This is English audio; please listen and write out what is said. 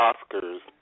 Oscars